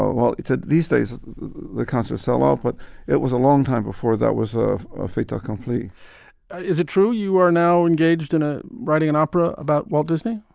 well, it's said ah these days the cancer cell i'll put it was a long time before that was a ah fait accompli is it true you are now engaged in a writing an opera about walt disney?